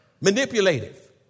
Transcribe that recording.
manipulative